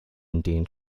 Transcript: indian